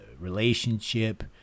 relationship